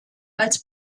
als